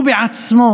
הוא עצמו